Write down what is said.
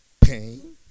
pain